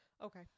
Okay